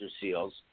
Seals